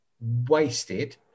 wasted